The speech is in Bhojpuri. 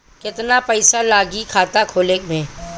केतना पइसा लागी खाता खोले में?